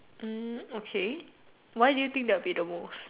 um okay why do you think that will be the most